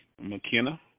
McKenna